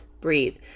breathe